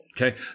Okay